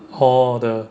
hor the